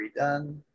redone